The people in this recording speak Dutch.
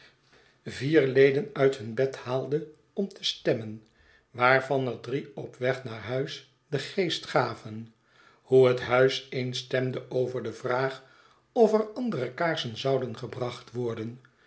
vier leden uit hun bed haalde om te stemmen waarvan er drie op weg naar huis den geest gaven hoe het huis eens stetnde over de vraag of er andere kaarsen zouden gebracht worden